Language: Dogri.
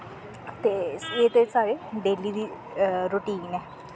ते एह् ते साढ़ी डेली दी रोटीन ऐ